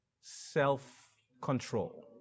self-control